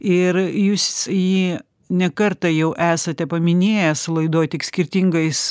ir jūs jį ne kartą jau esate paminėjęs laidoj tik skirtingais